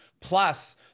Plus